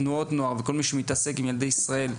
תנועות נוער וכל הגופים שפועלים מול ילדי ישראל,